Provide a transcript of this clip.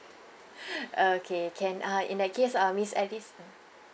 okay can uh in that case uh miss alice